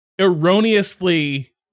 erroneously